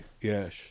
yes